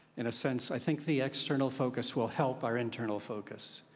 in a sense. i think the external focus will help our internal focus.